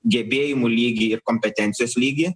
gebėjimų lygį ir kompetencijos lygį